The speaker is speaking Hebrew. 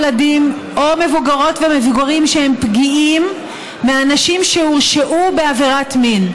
ילדים או מבוגרות ומבוגרים שהם פגיעים מאנשים שהורשעו בעבירת מין.